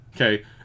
Okay